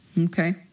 Okay